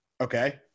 Okay